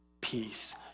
peace